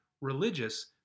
religious